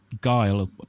guile